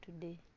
today